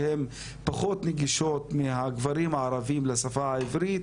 שהן פחות נגישות מהגברים הערביים לשפה העברית,